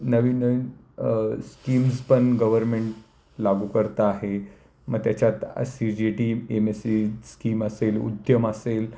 नवीन नवीन स्कीम्स पण गव्हर्मेंट लागू करता आहे मग त्याच्यात C J T M S C scheme असेल उद्यम असेल